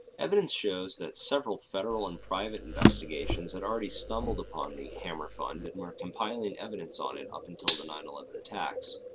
evidence shows that several federal and private investigations had already stumbled upon the hammer fund and were compiling evidence on it, up until the nine eleven attacks.